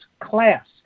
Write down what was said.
class